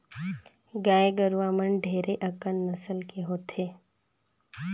गाय गरुवा मन ढेरे अकन नसल के होथे